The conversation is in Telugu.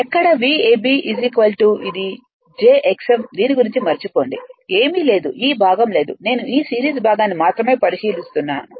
ఎక్కడ v a b ఇది j x m దీని గురించి మరచిపోండి ఏమీ లేదు ఈ భాగం లేదు నేను ఈ సిరీస్ భాగాన్ని మాత్రమే పరిశీలిస్తున్నాను